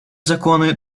законы